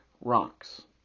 rocks